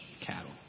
cattle